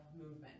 movement